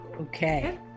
Okay